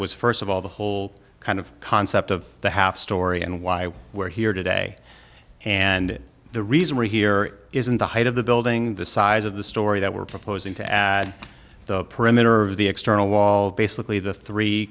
st of all the whole kind of concept of the half story and why we're here today and the reason we're here is in the height of the building the size of the story that we're proposing to at the perimeter of the external wall basically the three